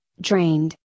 drained